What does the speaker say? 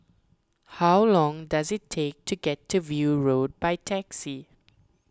how long does it take to get to View Road by taxi